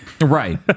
right